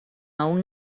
aún